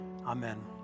Amen